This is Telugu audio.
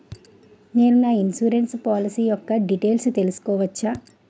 నేను నా ఇన్సురెన్స్ పోలసీ యెక్క డీటైల్స్ తెల్సుకోవచ్చా?